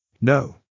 No